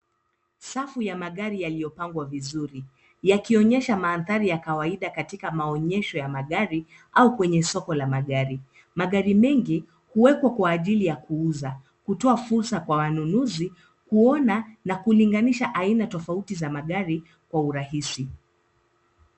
Safu ya magari yaliyopangwa vizuri yakionyesha mandhari ya kawaida katika maonyesho ya magari au kwenye soko la magari. Magari mengi huwekwa kwa ajili ya kuuza, kutoa fursa kwa wanunuzi kuona na kulinganisha aina tofauti za magari kwa urahisi.